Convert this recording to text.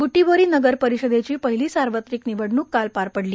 ब्टीबोरी नगर परिषदेची पहिली सार्वत्रिक निवडणूक काल पार पडली